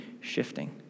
shifting